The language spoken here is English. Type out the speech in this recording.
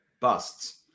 Busts